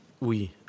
oui